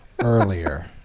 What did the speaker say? earlier